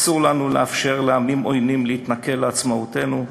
אסור לנו לאפשר לעמים עוינים להתנכל לעצמאותנו,